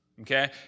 Okay